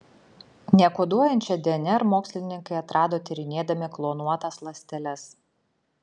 nekoduojančią dnr mokslininkai atrado tyrinėdami klonuotas ląsteles